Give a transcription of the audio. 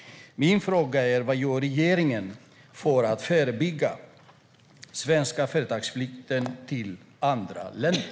Vad gör regeringen för att förebygga den svenska företagsflykten till andra länder?